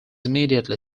immediately